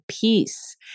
peace